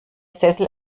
sessel